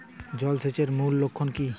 জল সেচের মূল লক্ষ্য কী?